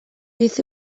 beth